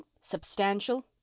substantial